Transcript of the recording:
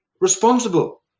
responsible